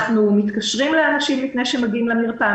אנחנו מתקשרים לאנשים לפני שמגיעים למרפאה,